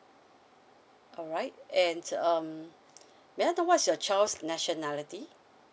all right and um may I know what's your child's nationality